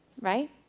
right